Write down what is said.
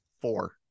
Four